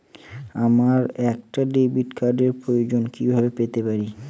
আমার একটা ডেবিট কার্ডের প্রয়োজন কিভাবে পেতে পারি?